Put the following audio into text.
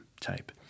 type